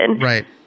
right